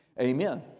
Amen